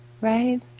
right